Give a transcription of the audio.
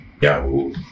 Yahoo